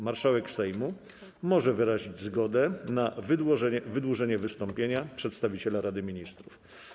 Marszałek Sejmu może wyrazić zgodę na wydłużenie wystąpienia przedstawiciela Rady Ministrów.